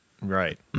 Right